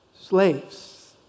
Slaves